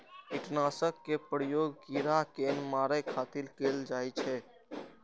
कीटनाशक के प्रयोग कीड़ा कें मारै खातिर कैल जाइ छै